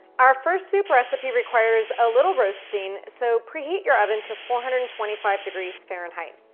our first soup recipe requires a little roasting so pre-heat your oven to four hundred and twenty five degrees fahrenheit.